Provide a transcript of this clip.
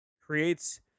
creates